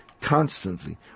constantly